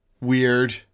weird